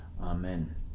amen